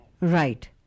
Right